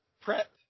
prep